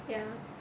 ya